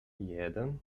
jeden